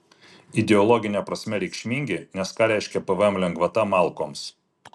ideologine prasme reikšmingi nes ką reiškia pvm lengvata malkoms